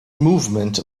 movement